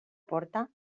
porta